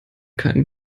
keinen